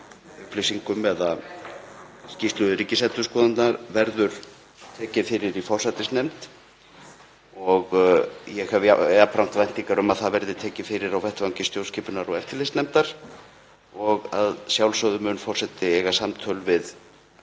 upplýsingum eða skýrslu Ríkisendurskoðunar verður tekið fyrir í forsætisnefnd. Ég hef jafnframt væntingar um að það verði tekið fyrir á vettvangi stjórnskipunar- og eftirlitsnefndar og að sjálfsögðu mun forseti eiga samtöl við